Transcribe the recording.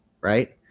Right